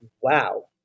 wow